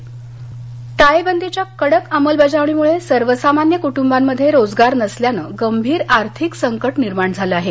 याचिका टाळेबंदीच्या कडक अंमलबजावणीमुळे सर्वसामान्य कुटुंबांमध्ये रोजगार नसल्याने गंभीर आर्थिक संकट निर्माण झालं आहे